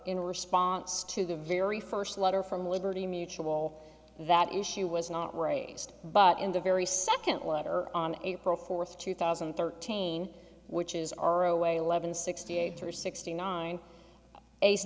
in response to the very first letter from liberty mutual that issue was not raised but in the very second letter on april fourth two thousand and thirteen which is our away eleven sixty eight or sixty nine